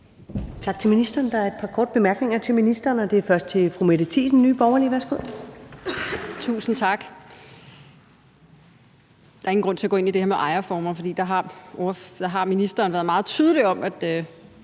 Tak til ministeren. Der er et par korte bemærkninger til ministeren, og det er først fra fru Mette Thiesen, Nye Borgerlige. Værsgo. Kl. 19:03 Mette Thiesen (NB): Tusind tak. Der er ingen grund til at gå ind i det her med ejerformer, for der har ministeren været meget tydelig, i